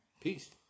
Peace